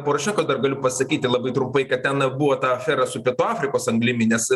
porošenko dar galiu pasakyti labai trumpai kad ten na buvo ta afera su pietų afrikos anglimi nes